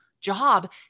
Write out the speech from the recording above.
Job